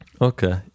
Okay